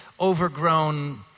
overgrown